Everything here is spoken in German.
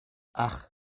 ach